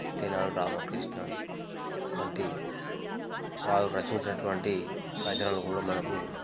తెనాలి రామకృష్ణ వంటి వాళ్ళు రచించినటువంటి రచనలు కూడా మనకు